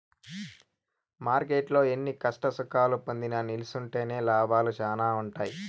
మార్కెట్టులో ఎన్ని కష్టసుఖాలు పొందినా నిల్సుంటేనే లాభాలు శానా ఉంటాయి